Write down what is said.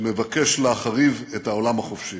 שמבקש להחריב את העולם החופשי.